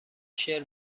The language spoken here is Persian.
شعر